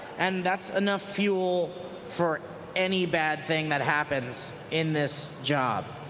and that's enough fuel for any bad thing that happens in this job.